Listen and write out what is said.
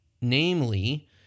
Namely